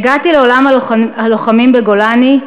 הגעתי לעולם הלוחמים בגולני,